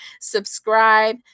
subscribe